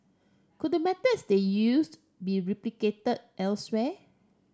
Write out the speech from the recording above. could the methods they used be replicated elsewhere